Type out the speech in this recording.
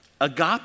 Agape